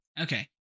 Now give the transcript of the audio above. Okay